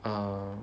err